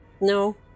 No